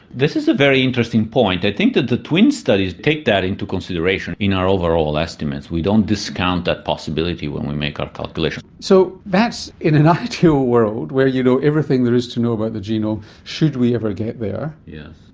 this is a very interesting point. i think that the twin studies take that into consideration in our overall estimates. we don't discount that possibility when we make our calculation. so that's in an ideal world, where you know everything there is to know about the genome, should we ever get there. yes.